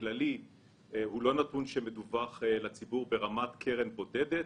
הוא לא נתן שמדווח לציבור ברמת קרן בודדת.